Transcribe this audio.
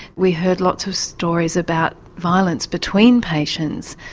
we heard lots of stories about violence between patients,